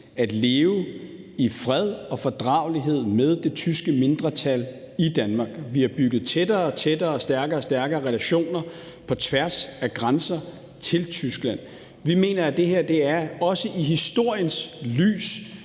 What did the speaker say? at leve i fred og fordragelighed med det tyske mindretal i Danmark. Vi har bygget tættere og tættere og stærkere og stærkere relationer på tværs af grænsen til Tyskland. Vi mener, at det her også i historiens lys